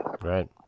Right